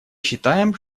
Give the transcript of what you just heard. считаем